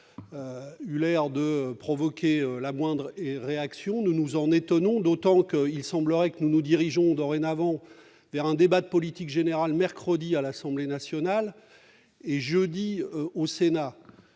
pas provoqué la moindre réaction. Nous nous en étonnons, d'autant qu'il semblerait que nous nous dirigions dorénavant vers un débat de politique générale mercredi à l'Assemblée nationale et jeudi au Sénat.